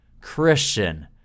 Christian